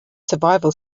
survival